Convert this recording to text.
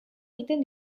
egiten